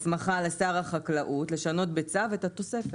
הסמכה לשר החקלאות לשנות בצו את התוספת.